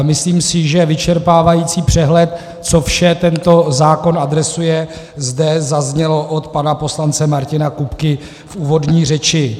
Myslím si, že vyčerpávající přehled, co vše tento zákon adresuje, zde zazněl od pana poslance Martina Kupky v úvodní řeči.